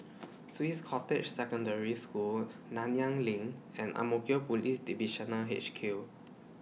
Swiss Cottage Secondary School Nanyang LINK and Ang Mo Kio Police Divisional H Q